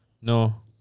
No